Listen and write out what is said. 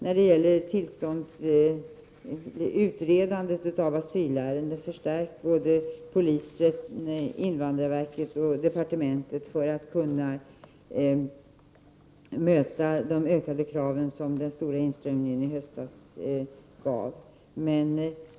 När det gäller utredandet av asylärenden har både polisen, invandrarverket och departementet förstärkts för att kunna möta de ökade krav som den stora inströmningen i höstas ställde.